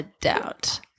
doubt